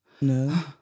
No